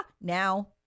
now